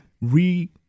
re